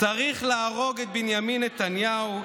צריך להרוג את בנימין נתניהו,